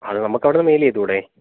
അത് നമുക്ക് അവിടുന്ന് മെയിൽ ചെയ്തുകൂടെ